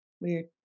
weird